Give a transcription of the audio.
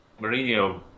Mourinho